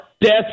Death